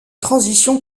transition